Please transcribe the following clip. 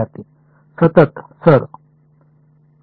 विद्यार्थीः सतत सर